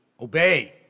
Obey